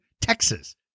Texas